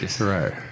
Right